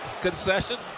concession